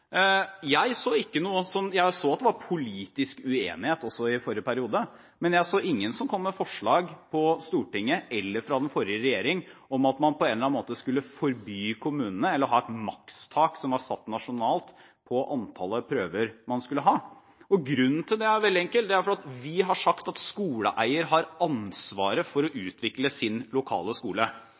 i forrige periode, men jeg så ingen i Stortinget eller fra den forrige regjering som kom med forslag om at man på en eller annen måte skulle forby kommunene her – eller ha et makstak som var satt nasjonalt på antallet prøver man skulle ha. Grunnen til det er veldig enkel: Vi har sagt at skoleeier har ansvaret for å utvikle sin lokale skole.